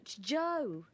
Joe